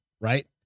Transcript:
Right